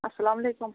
اَلسلام علیکُم